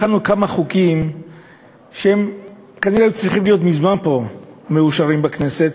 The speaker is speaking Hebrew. הכנו כמה חוקים שכנראה היו צריכים להיות מזמן מאושרים פה בכנסת,